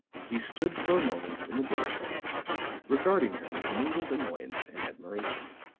he stood for a moment in the doorway regarding her with mingled annoyance and admiration.